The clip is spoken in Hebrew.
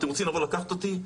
אתם רוצים לבוא לקחת אותי?